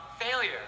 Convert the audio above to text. failure